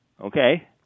Okay